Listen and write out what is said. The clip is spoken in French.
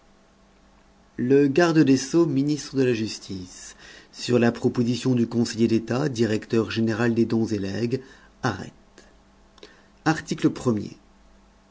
le garde des sceaux ministre de la justice sur la proposition du conseiller d'état directeur général des dons et legs arrête article premier